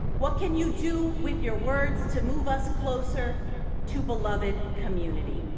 what can you do with your words to move us closer to beloved community?